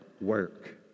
work